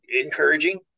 encouraging